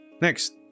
Next